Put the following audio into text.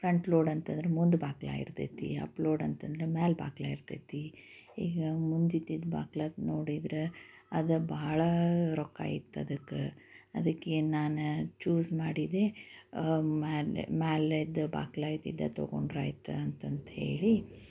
front load ಅಂತಂದ್ರೆ ಮುಂದೆ ಬಾಗ್ಲ ಇರತೈತಿ ಅಪ್ಲೋಡ್ ಅಂತಂದ್ರೆ ಮ್ಯಾಲೆ ಬಾಗ್ಲ ಇರತೈತಿ ಈಗ ಮುಂದೆ ಇದ್ದಿದ್ದ ಬಾಗ್ಲಾಕ ನೋಡಿದರೆ ಅದು ಬಹಳ ರೊಕ್ಕ ಇತ್ತ ಅದಕ್ಕೆ ಅದಕ್ಕೆ ನಾನು ಚೂಸ್ ಮಾಡಿದೆ ಮ್ಯಾಲೆ ಮ್ಯಾಲೆದ ಬಾಗ್ಲ ಇದ್ದಿದ್ದ ತೊಗೊಂಡ್ರಾಯ್ತು ಅಂತ ಅಂತ್ಹೇಳಿ